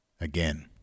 Again